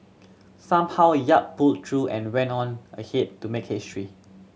somehow Yap pulled through and went on ahead to make it history